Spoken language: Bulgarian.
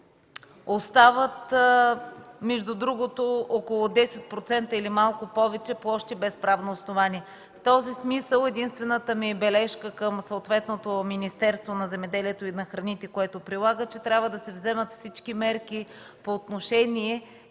остават около 10%, или малко повече, площи без правно основание. В този смисъл единствената ми бележка към съответното Министерство на земеделието и храните, което я прилага, е, че трябва да се вземат всички мерки по отношение